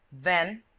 then.